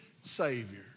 Savior